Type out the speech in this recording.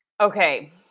Okay